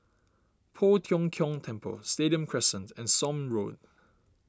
Poh Tiong Kiong Temple Stadium Crescent and Somme Road